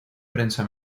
prensa